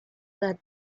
that